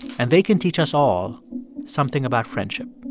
and they can teach us all something about friendship.